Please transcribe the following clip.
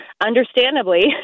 understandably